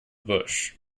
bush